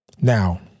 Now